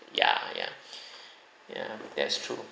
ya ya ya that's true